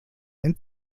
ein